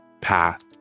path